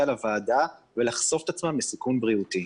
לוועדה ולחשוף את עצמם לסיכון בריאותי.